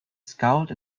scowled